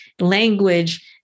language